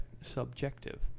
subjective